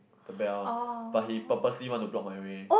the bell but he purposely want to block my way